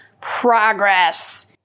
progress